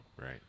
Right